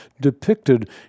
depicted